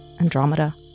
Andromeda